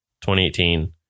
2018